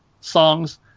songs